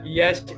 yes